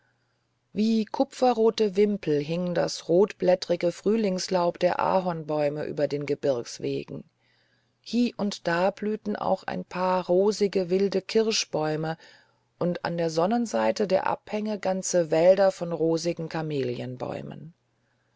wie kupferrote wimpel hing das rotblättrige frühlingslaub der ahornbäume über den gebirgswegen hie und da blühten auch ein paar rosige wilde kirschbäume und an der sonnenseite der abhänge ganze wälder von rosigen